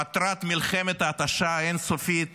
מטרת מלחמת ההתשה האין-סופית